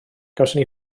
gawson